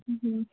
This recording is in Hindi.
जी